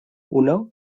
uno